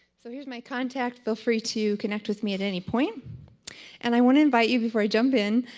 so here's my contact, feel free to connect with me at any point and i want to invite you before i jump in.